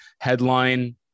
headline